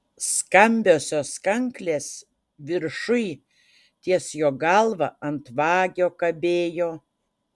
skambiosios kanklės viršuj ties jo galva ant vagio kabėjo